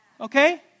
Okay